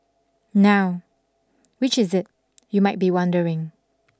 now which is it you might be wondering